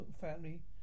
family